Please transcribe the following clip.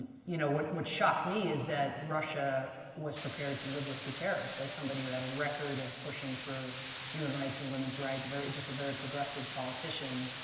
you know what what shocked me is that russia was prepared to live with guterres, like somebody who had a record of pushing for human rights and women's rights, very just a very progressive politician.